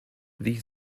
these